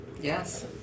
Yes